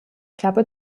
klappe